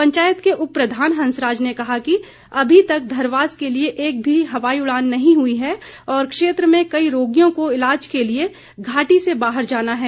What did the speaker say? पंचायत के उप प्रधान हंसराज ने कहा कि अभी तक धरवास के लिए एक भी हवाई उड़ान नहीं हुई है और क्षेत्र में कई रोगियों को इलाज के लिए घाटी से बाहर जाना है